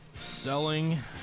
Selling